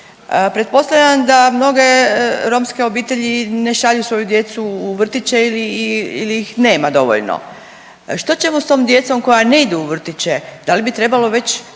pretpostavljam da mnoge romske obitelji ne šalju svoju djecu u vrtiće ili ih nema dovoljno. Što ćemo s tom djecom koja ne idu u vrtiće? Da li bi trebalo već